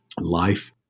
life